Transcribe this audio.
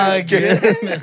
again